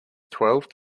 twelfth